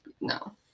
No